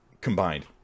combined